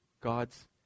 God's